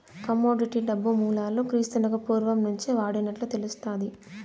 commodity డబ్బు మూలాలు క్రీస్తునకు పూర్వం నుంచే వాడినట్లు తెలుస్తాది